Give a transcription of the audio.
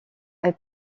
elle